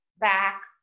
back